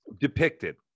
depicted